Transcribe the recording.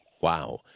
Wow